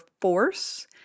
force